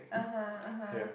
(uh huh) (uh huh)